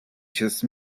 just